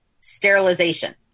Sterilization